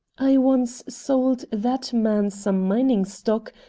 i once sold that man some mining stock,